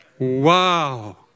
Wow